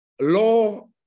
Law